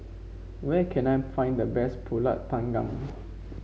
where can I find the best pulut panggang